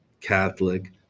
Catholic